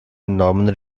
norman